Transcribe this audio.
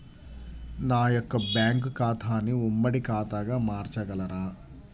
నా యొక్క బ్యాంకు ఖాతాని ఉమ్మడి ఖాతాగా మార్చగలరా?